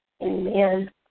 Amen